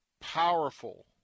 powerful